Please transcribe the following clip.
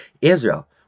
Israel